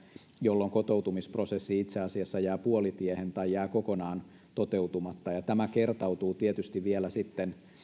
jolloin kotoutumisprosessi itse asiassa jää puolitiehen tai jää kokonaan toteutumatta tämä kertautuu tietysti vielä